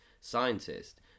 scientist